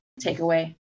takeaway